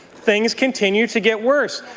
things continue to get worse.